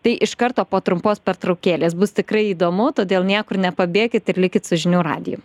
tai iš karto po trumpos pertraukėlės bus tikrai įdomu todėl niekur nepabėkit ir likit su žinių radiju